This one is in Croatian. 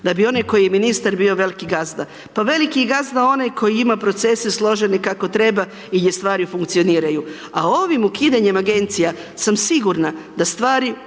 Da bi onaj koji je ministar bio veliki gazda. Pa veliki gazda je onaj koji ima procese složene kako treba gdje stvari funkcioniraju, a ovim ukidanjem Agencija sam sigurna da stvari u